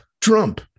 trump